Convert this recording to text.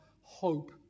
hope